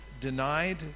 denied